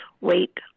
wait